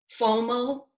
FOMO